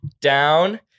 down